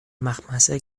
مخمصه